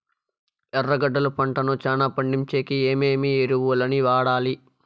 ఎర్రగడ్డలు పంటను చానా పండించేకి ఏమేమి ఎరువులని వాడాలి?